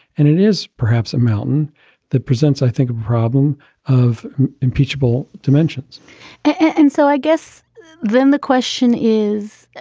and it is perhaps a mountain that presents, i think, a problem of impeachable dimensions and so i guess then the question is,